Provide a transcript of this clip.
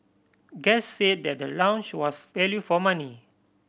guests say that the lounge was value for money